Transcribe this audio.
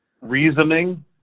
reasoning